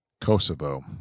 Kosovo